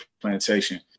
plantation